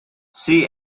see